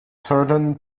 certain